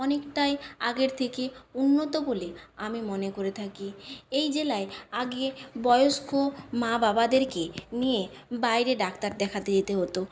অনেকটাই আগের থেকে উন্নত বলে আমি মনে করে থাকি এই জেলায় আগে বয়স্ক মা বাবাদেরকে নিয়ে বাইরে ডাক্তার দেখাতে যেতে হত